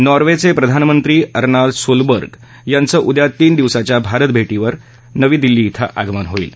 नॉर्वेचे प्रधानमंत्री Erna Solberg यांचं उद्या तीन दिवसांच्या भारत भेटीवर नवी दिल्ली क्रें आगमन होईल